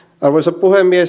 arvoisa puhemies